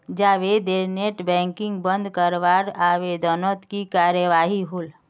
जावेदेर net banking बंद करवार आवेदनोत की कार्यवाही होल?